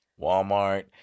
Walmart